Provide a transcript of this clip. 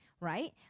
right